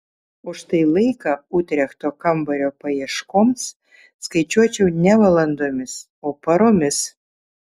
o štai laiką utrechto kambario paieškoms skaičiuočiau ne valandomis o paromis